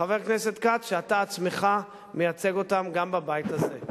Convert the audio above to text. חבר הכנסת כץ, שאתה עצמך מייצג גם בבית הזה.